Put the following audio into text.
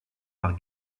par